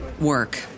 work